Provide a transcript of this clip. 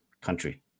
country